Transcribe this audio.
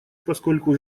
поскольку